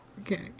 Okay